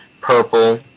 purple